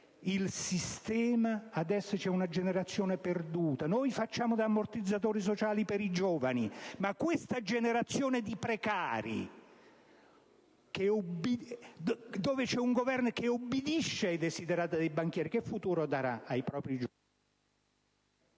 ma adesso c'è una generazione perduta. Noi facciamo da ammortizzatori sociali per i giovani, per una generazione di precari, ma un Governo che obbedisce alle richieste dei banchieri che futuro darà ai propri giovani?